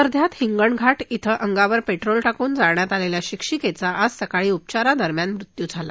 वध्यात हिंगणघाट ॐ अंगावर पेट्रोल टाकून जाळण्यात आलेल्या शिक्षिकेचा आज सकाळी उपचारादरम्यान मृत्यू झाला